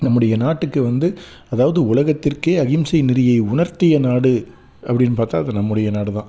நம்முடைய நாட்டுக்கு வந்து அதாவது உலகத்திற்கே அகிம்சை நெறியை உணர்த்திய நாடு அப்படினு பார்த்தா அது நம்முடைய நாடு தான்